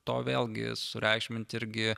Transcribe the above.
to vėlgi sureikšminti irgi